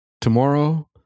tomorrow